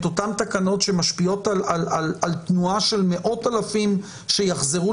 אותן תקנות שמשפיעות על תנועה של מאות אלפים שיחזרו